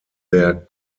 der